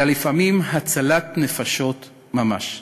אלא לפעמים הצלת נפשות ממש.